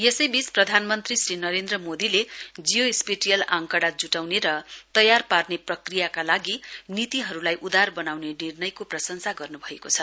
यसैबीच प्रधानमन्त्री श्री नरेन्द्र मोदीले जियो स्पेटियल आकंडा जुटाउने र तयार पार्ने प्रक्रियाका लागि नीतिहरुलाई उदार बनाउने निर्णयको प्रशंसा गर्नुभएको छ